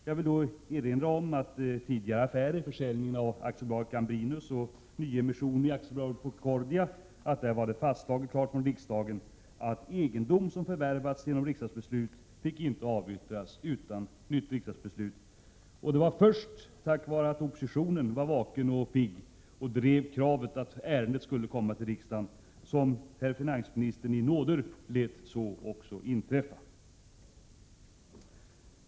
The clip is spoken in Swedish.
Jag vill därför erinra om att riksdagen i samband med tidigare affärer — försäljningen av aktiebolaget Gambrinius och nyemissionen i aktiebolaget Procordia — klart har slagit fast att egendom som förvärvats genom riksdagsbeslut inte får avyttras utan ett nytt beslut av riksdagen. Det var först sedan oppositionen, som var vaken och pigg, hade drivit kravet att ärendet skulle komma till riksdagen som herr finansministern i nåder också lät detta inträffa.